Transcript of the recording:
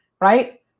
right